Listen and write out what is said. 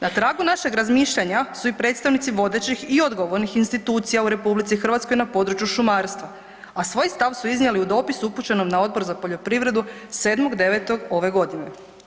Na tragu našeg razmišljanja su i predstavnici vodećih i odgovornih institucija u RH na području šumarstva, a svoj stav su iznijeli u dopisu upućenom na Odbor za poljoprivredu 7.9. ove godine.